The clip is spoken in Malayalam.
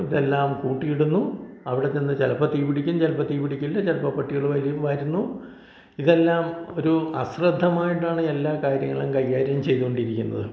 ഇതെല്ലാം കൂട്ടി ഇടുന്നു അവിടെ ചെന്ന് ചിലപ്പം തീ പിടിക്കും ചിലപ്പം തീ പിടിക്കില്ല ചിലപ്പം പട്ടികൾ വാരി വരുന്നു ഇതെല്ലാം ഒരു അശ്രദ്ധമായിട്ടാണ് എല്ലാ കാര്യങ്ങളും കൈകാര്യം ചെയ്തുകൊണ്ടിരിക്കുന്നത്